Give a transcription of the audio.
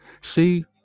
See